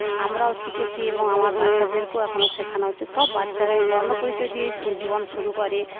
আমরাও শিখেছি এবং আমার বাচ্চাদেরকেও এখনও শেখানো হচ্ছে সব বাচ্চারাই বর্ণপরিচয় দিয়েই জীবন শুরু করে